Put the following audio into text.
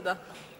תודה.